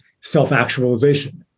self-actualization